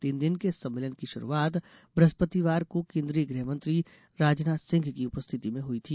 तीन दिन के इस सम्मेलन की शुरुआत बृहस्पतिवार को केंद्रीय गृहमंत्री राजनाथ सिंह की उपस्थिति में हुई थी